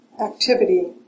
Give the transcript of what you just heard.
activity